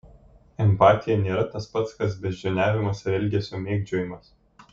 empatija nėra tas pat kas beždžioniavimas ar elgesio mėgdžiojimas